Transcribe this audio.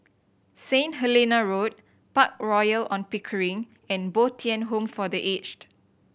Saint Helena Road Park Royal On Pickering and Bo Tien Home for The Aged